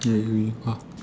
I agree